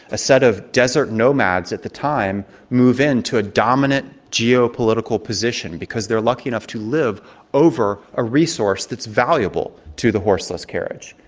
a set of desert nomads at the time move in to a dominant geopolitical position because they're lucky enough to live over a resource that's valuable to the horseless carriage.